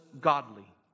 godly